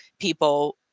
people